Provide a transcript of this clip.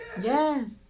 Yes